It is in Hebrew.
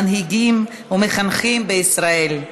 מנהיגים ומחנכים בישראל.